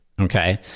Okay